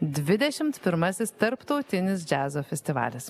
dvidešimt pirmasis tarptautinis džiazo festivalis